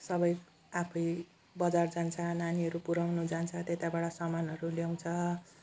सबै आफै बजार जान्छ नानीहरू पुऱ्याउन त्यताबाट सामानहरू ल्याउँछ